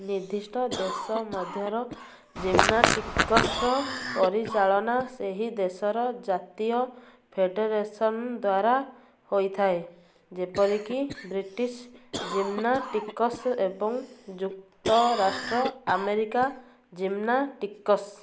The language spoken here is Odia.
ନିର୍ଦ୍ଦିଷ୍ଟ ଦେଶ ମଧ୍ୟରେ ଜିମ୍ନାଷ୍ଟିକ୍ସର ପରିଚାଳନା ସେହି ଦେଶର ଜାତୀୟ ଫେଡ଼େରେସନ୍ ଦ୍ୱାରା ହୋଇଥାଏ ଯେପରି କି ବ୍ରିଟିଶ ଜିମ୍ନାଷ୍ଟିକ୍ସ ଏବଂ ଯୁକ୍ତରାଷ୍ଟ୍ର ଆମେରିକା ଜିମ୍ନାଷ୍ଟିକ୍ସ